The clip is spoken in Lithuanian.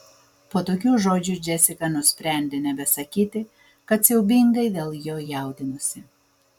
po tokių žodžių džesika nusprendė nebesakyti kad siaubingai dėl jo jaudinosi